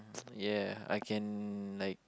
yeah I can like